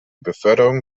beförderung